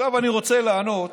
עכשיו אני רוצה לענות